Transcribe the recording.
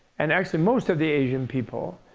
and actually most of the asian people,